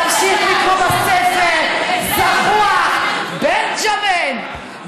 תמשיך לקרוא בספר, זחוח, בנג'מין.